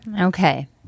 Okay